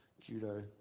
Judo